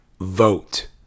Vote